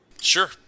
Sure